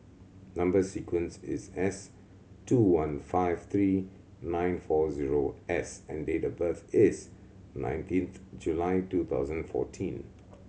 number sequence is S two one five three nine four zero S and date of birth is nineteenth July two thousand fourteen